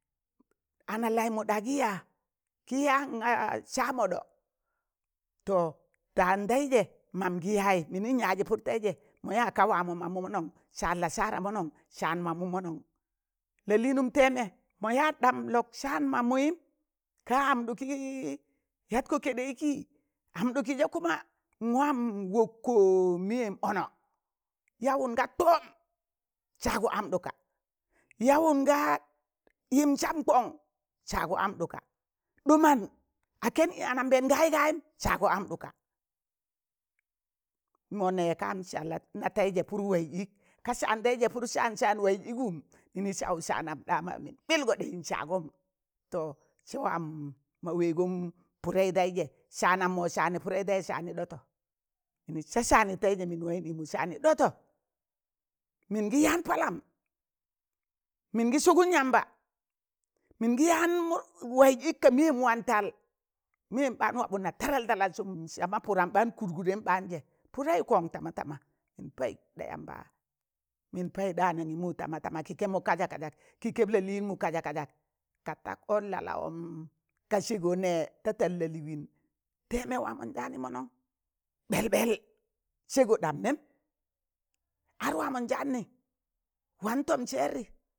Ana laịmụ ɗa gị ya, kị yaan ga sa mụɗo,̣ to taan taịzẹ mamgị yayị mịnịn yaazị pụr taịzẹ ma ya ka wamo mamụ mọnọn saan la saara nọnọn saan mamu monong la lịịnụm tẹẹẹme mọ ya ɗam lọk saan mamụyịm, kaa amɗụkị ki yat kọ kẹɗẹ ịkị, amụɗụkị zẹ kuma a wam wọkkọ mịyem ono yawụn ga toom, saagọ amɗụka, yawụn gaa yịm sam kọng saagọ amɗụka, ɗụman a kẹn ị anambẹẹn kayị gayịm saagọ amɗụka, mọ nẹ gaam sa na taịzẹ pụrụ waịz ịk kaaan saan tẹịzẹ pụrụ saan saan waịzẹ ịgụm yịnị saụ saanam ɗama yịn milgọ ɗị yịn saagọm to sẹ wam ma wẹgọm pụdẹị taịzẹ saanọm mọ saanị pụdei je saanị ɗọtọ mịnị sa saanị taịzẹ mịn waị ịmụ saanị ɗọtọ, mịnị sa saanị taịzẹ mịn waị ịmụ saanị ɗọtọ mịngị yaan palam mịn gị sụgụm yamba mịngị yaan waiz ik miyem tal, miyem ɓaan wanɓunna tadal tadal sụm sama pụrum baan kụdgụdẹm baan zẹ pụdaị kọn tamatama mịnị payụk ɗa yamba mịn payụk ɗa anangịmụ tama tama kị kẹmụ kazak kazak kị kẹb la lịịnmụ kazak kazak, ka tak ọn la lawọm ga sẹgọ nẹ ta tal lị lịwịn tẹẹmẹ wamọn jaanị mọnọn ɓẹl ɓẹl sẹgọ ɗam nẹm, ad wamọụjaanị wan tọm sẹẹrị,